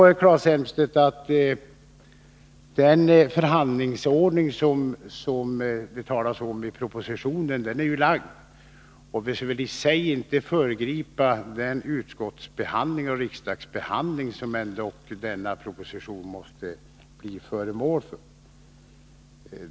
I propositionen föreslås en handiläggningsordning, och vi skall väl i och för sig inte föregripa den utskottsoch riksdagsbehandling som propositionen kommer att bli föremål för.